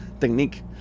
technique